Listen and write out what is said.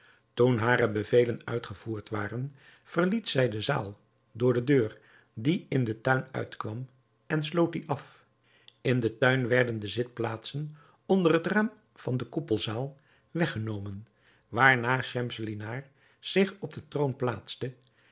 toen hare bevelen uitgevoerd waren verliet zij de zaal door de deur die in den tuin uitkwam en sloot die af in den tuin werden de zitplaatsen onder het raam van de koepelzaal weggenomen waarna schemselnihar zich op den troon plaatste